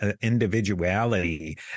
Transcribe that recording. individuality